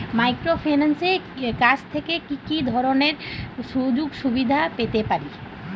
মাইক্রোফিন্যান্সের কাছ থেকে কি কি ধরনের সুযোগসুবিধা পেতে পারি?